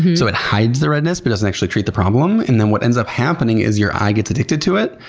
so it hides the redness but doesn't actually treat the problem. and then what ends up happening is your eye gets addicted to it.